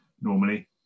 normally